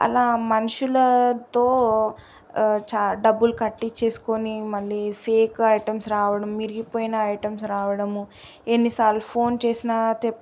అలా మనుషులతో చాలా డబ్బులు కట్టించేసుకుని మళ్ళీఫేక్ ఐటమ్స్ రావడం విరిగిపోయిన ఐటమ్స్ రావడము ఎన్నిసార్లు ఫోన్ చేసినా తె